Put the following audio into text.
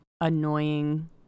annoying